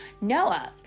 Noah